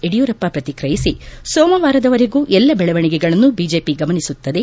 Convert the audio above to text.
ಯಡಿಯೂರಪ್ಪ ಪ್ರತಿಕ್ರಿಯಿಸಿ ಸೋಮವಾರದವರೆಗೂ ಎಲ್ಲ ಬೆಳವಣಿಗೆಗಳನ್ನು ಬಿಜೆಪಿ ಗಮನಿಸುತ್ತದೆ